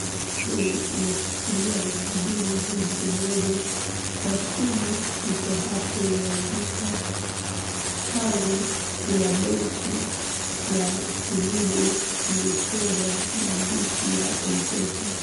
Mkono huu umeshikilia noti mbili za elfu moja na simu iko hapo imeandikwa. Kando kuna benchi na kidude kimechorwa maandishi ya Mpesa.